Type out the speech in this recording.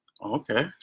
okay